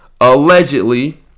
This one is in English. allegedly